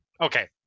Okay